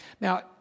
now